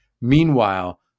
Meanwhile